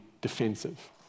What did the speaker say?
defensive